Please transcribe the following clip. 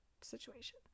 situation